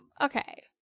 Okay